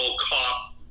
cop